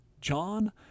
John